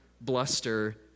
bluster